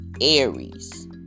Aries